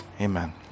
Amen